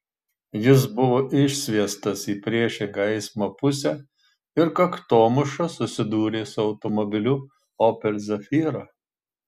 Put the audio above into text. jis buvo išsviestas į priešingą eismo pusę ir kaktomuša susidūrė su automobiliu opel zafira